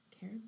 care